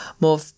more